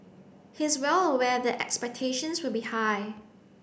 he is well aware that expectations will be high